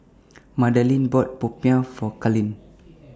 Madalynn bought Popiah For Carlyn